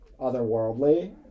otherworldly